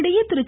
இதனிடையே திரு